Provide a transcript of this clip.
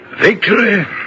Victory